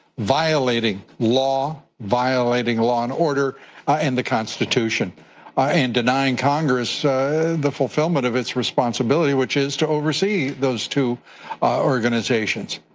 violating law, violating law and order and the constitution ah and denying congress so the fulfillment of its responsibility, which is to oversee those two organizations.